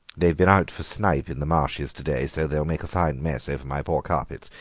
they've been out for snipe in the marshes to-day, so they'll make a fine mess over my poor carpets.